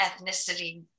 ethnicity